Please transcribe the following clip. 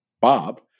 Bob